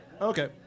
Okay